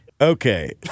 Okay